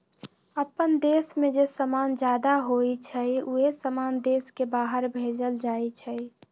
अप्पन देश में जे समान जादा होई छई उहे समान देश के बाहर भेजल जाई छई